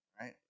right